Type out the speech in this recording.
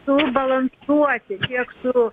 subalansuoti tiek su